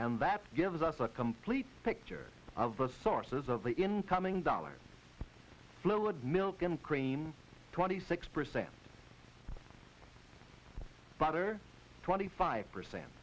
and that gives us a complete picture of the sources of the incoming dollar milk and cream twenty six percent butter twenty five percent